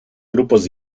grupos